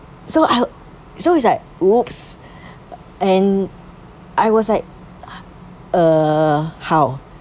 so !ow! so it's like !oops! and I was like uh how